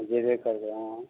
जेबे करबै हँ